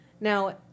Now